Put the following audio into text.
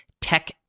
tech